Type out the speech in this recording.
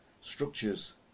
structures